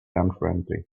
unfriendly